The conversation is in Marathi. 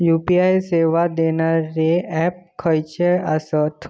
यू.पी.आय सेवा देणारे ऍप खयचे आसत?